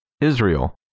Israel